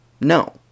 No